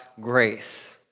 grace